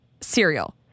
cereal